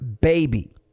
baby